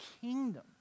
kingdom